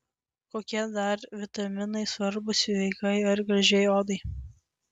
kokie dar vitaminai svarbūs sveikai ir gražiai odai